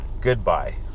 Goodbye